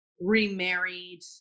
Remarried